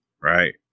Right